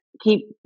keep